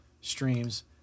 streams